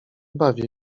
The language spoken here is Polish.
bawię